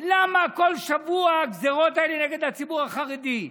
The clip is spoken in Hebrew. למה כל שבוע הגזרות האלה נגד הציבור החרדי?